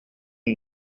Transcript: уол